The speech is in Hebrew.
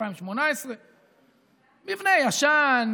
2018. מבנה ישן,